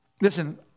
Listen